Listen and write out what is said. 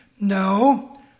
No